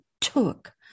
took